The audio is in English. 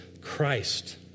Christ